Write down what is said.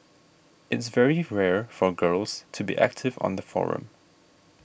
it's very rare for girls to be active on the forum